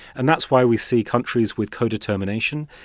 and that's why we see countries with co-determination,